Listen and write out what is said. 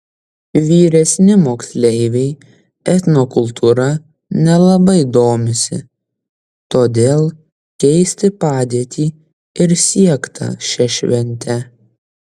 vyresni moksleiviai etnokultūra nelabai domisi todėl keisti padėtį ir siekta šia švente